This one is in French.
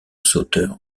sauteur